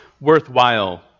worthwhile